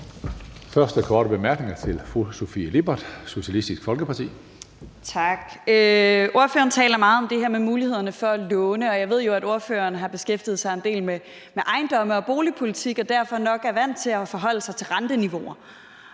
første korte bemærkning er til fru Sofie Lippert, Socialistisk Folkeparti. Kl. 15:47 Sofie Lippert (SF): Ordføreren taler meget om det her med mulighederne for at låne, og jeg ved jo, at ordføreren har beskæftiget sig en del med ejendomme og boligpolitik og derfor nok er vant til at forholde sig til renteniveauer.